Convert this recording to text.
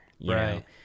Right